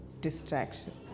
distraction